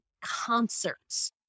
concerts